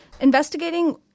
investigating